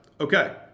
okay